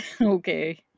Okay